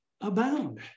abound